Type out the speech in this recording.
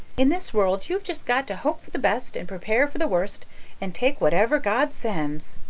in this world you've just got to hope for the best and prepare for the worst and take whatever god sends.